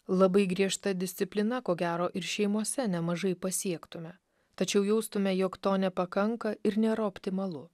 labai griežta disciplina ko gero ir šeimose nemažai pasiektume tačiau jaustume jog to nepakanka ir nėra optimalu